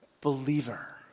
believer